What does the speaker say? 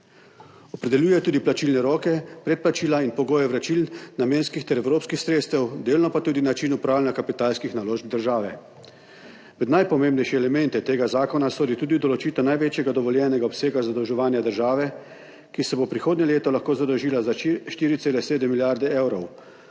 Opredeljuje tudi plačilne roke, predplačila in pogoje vračil namenskih ter evropskih sredstev, delno pa tudi način upravljanja kapitalskih naložb države. Med najpomembnejše elemente tega zakona sodi tudi določitev največjega dovoljenega obsega zadolževanja države, ki se bo prihodnje leto lahko zadolžila za 4,7 milijarde evrov,